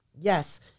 Yes